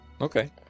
Okay